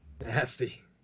Nasty